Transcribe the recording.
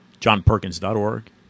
JohnPerkins.org